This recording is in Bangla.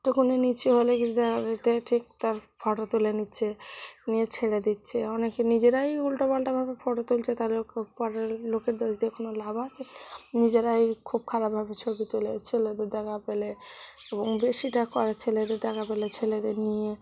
একটুখানি নিচু হলেই কিন্তু তাদেরকে ঠিক তার ফটো তুলে নিচ্ছে নিয়ে ছেড়ে দিচ্ছে অনেকে নিজেরাই উলটোপালটাভাবে ফটো তুলছে পরের লোকের দোষ দিয়ে কোনো লাভ আছে নিজেরাই খুব খারাপভাবে ছবি তুলে ছেলেদের দেখা পেলে এবং বেশিটা করে ছেলেদের দেখা পেলে ছেলেদের নিয়ে